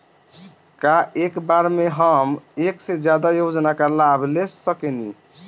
का एक बार में हम एक से ज्यादा योजना का लाभ ले सकेनी?